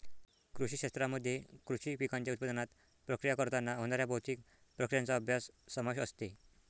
कृषी शास्त्रामध्ये कृषी पिकांच्या उत्पादनात, प्रक्रिया करताना होणाऱ्या भौतिक प्रक्रियांचा अभ्यास समावेश असते